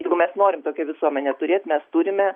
jeigu mes norim tokią visuomenę turėt mes turime